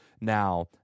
now